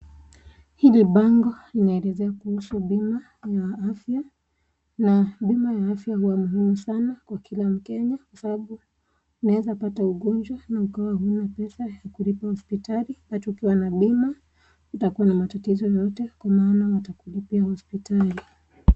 Hili bango, linaelezea kuhusu bima la afya, na bima ya afya huwa na umuhimu sana kwa kila mKenya, kwa sababu, unaeza pata ugonjwa, na ukawa huna pesa ya kulipa hospitali, wakayi ukiwa na bima, hutakua na matatizo yoyote, kwa maana watakulipia hospitali.